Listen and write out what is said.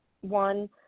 One